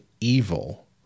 evil